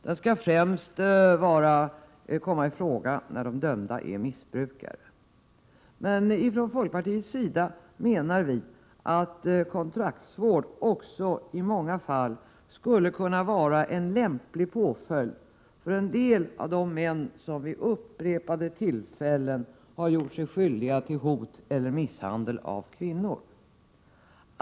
Den skall främst komma i fråga när den dömde är missbrukare. Vi i folkpartiet anser att kontraktsvård också i många fall skulle kunna vara en lämplig påföljd för en del av de män som vid upprepade tillfällen har gjort sig skyldiga till hot mot eller misshandel av kvinnor.